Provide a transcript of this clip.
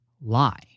lie